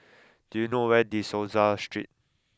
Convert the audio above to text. do you know where De Souza Street